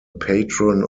patron